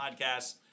podcasts